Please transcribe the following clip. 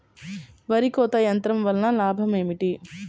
వరి కోత యంత్రం వలన లాభం ఏమిటి?